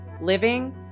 living